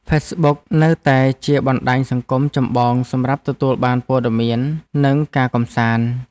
ហ្វេសប៊ុក នៅតែជាបណ្តាញសង្គមចម្បងសម្រាប់ទទួលបានព័ត៌មាន និងការកម្សាន្ត។